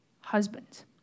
Husbands